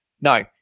no